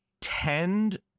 tend